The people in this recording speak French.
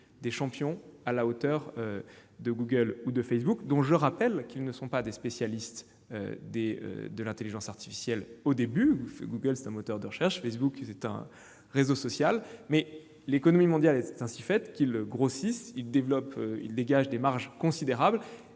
qui soient à la hauteur de Google ou de Facebook, dont je rappelle qu'ils ne sont pas des spécialistes de l'intelligence artificielle : au début, Google était un moteur de recherche et Facebook un réseau social. Mais l'économie mondiale est ainsi faite que ces groupes grossissent, se développent et dégagent des marges considérables